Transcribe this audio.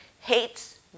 Hates